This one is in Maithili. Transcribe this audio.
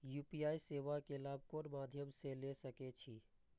यू.पी.आई सेवा के लाभ कोन मध्यम से ले सके छी?